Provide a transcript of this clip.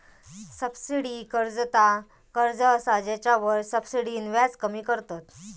subsidy कर्ज ता कर्ज असा जेच्यावर सब्सिडीन व्याज कमी करतत